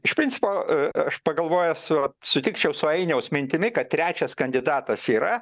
iš principo aš pagalvojęs vat sutikčiau su ainiaus mintimi kad trečias kandidatas yra